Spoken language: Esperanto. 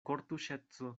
kortuŝeco